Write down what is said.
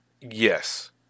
Yes